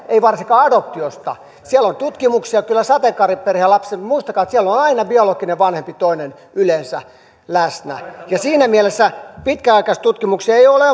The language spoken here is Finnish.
ei varsinkaan adoptiosta siellä on tutkimuksia kyllä sateenkaariperheen lapsista mutta muistakaa että siellä on on aina toinen biologinen vanhempi yleensä läsnä siinä mielessä pitkäaikaistutkimuksia ei ole